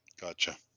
Gotcha